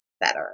better